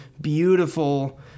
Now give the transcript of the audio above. beautiful